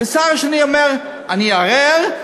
השר השני אומר: אני אערער,